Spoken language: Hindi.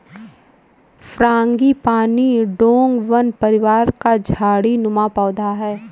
फ्रांगीपानी डोंगवन परिवार का झाड़ी नुमा पौधा है